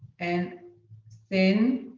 and thin,